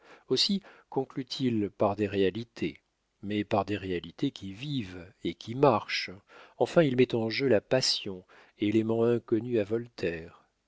aussi conclut-il par des réalités mais par des réalités qui vivent et qui marchent enfin il met en jeu la passion élément inconnu à voltaire